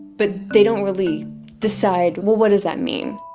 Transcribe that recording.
but they don't really decide, well, what does that mean?